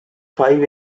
five